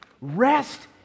Rest